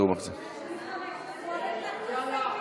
ההצעה להעביר